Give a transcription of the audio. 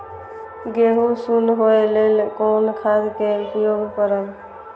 गेहूँ सुन होय लेल कोन खाद के उपयोग करब?